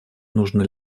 нужно